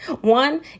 One